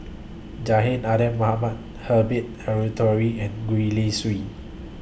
Abidin Ahmad Herbert Eleuterio and Gwee Li Sui